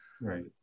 Right